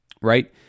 right